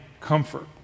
comfort